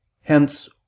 Hence